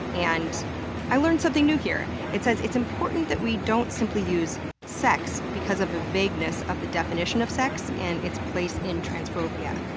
and i learned something new here it says it's important we don't simply use sex because of the vagueness of the definition of sex and its place in transphobia.